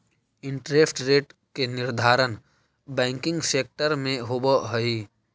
interest rate के निर्धारण banking sector में होवऽ हई